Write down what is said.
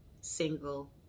single